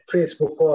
Facebook